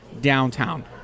downtown